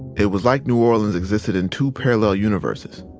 it was like new orleans existed in two parallel universes.